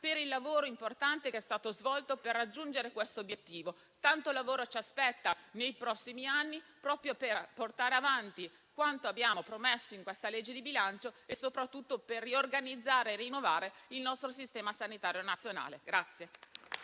per il lavoro importante che è stato svolto per raggiungere questo obiettivo. Tanto lavoro ci aspetta nei prossimi anni, proprio per portare avanti quanto abbiamo promesso in questa legge di bilancio e soprattutto per riorganizzare e rinnovare il nostro sistema sanitario nazionale.